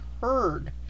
heard